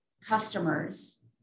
customers